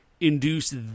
induce